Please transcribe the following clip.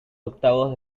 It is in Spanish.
octavos